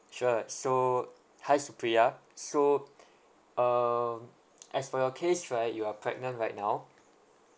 sure so hi supriya so um as for your case right you are pregnant right now